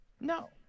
No